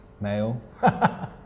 male